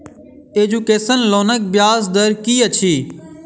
Education लोनक ब्याज दर की अछि?